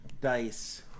dice